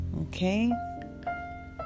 Okay